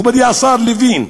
מכובדי השר לוין.